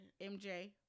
MJ